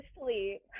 sleep